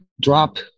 drop